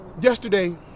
Yesterday